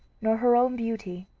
nor her own beauty,